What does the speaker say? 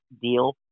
deal